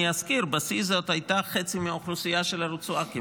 אני אזכיר: בשיא זאת הייתה חצי מהאוכלוסייה של הרצועה כמעט.